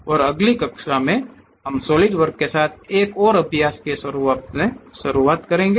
और अगली कक्षा में हम सॉलिडवर्क्स के साथ एक अभ्यास के रूप में शुरुआत करेंगे